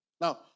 Now